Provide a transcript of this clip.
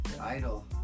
idol